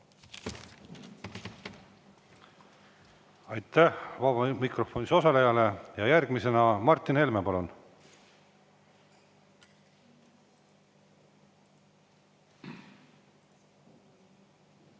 Aitäh vabas mikrofonis osalejale! Järgmisena Martin Helme, palun!